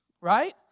Right